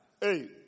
Hey